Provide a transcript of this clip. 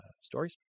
stories